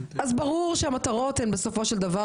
ברור שהמטרות הן טובות בסופו של דבר